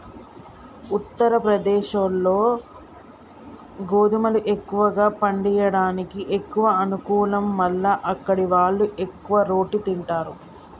ఉత్తరప్రదేశ్లో గోధుమలు ఎక్కువ పండియడానికి ఎక్కువ అనుకూలం మల్ల అక్కడివాళ్లు ఎక్కువ రోటి తింటారు